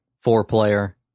four-player